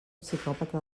psicòpata